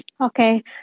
Okay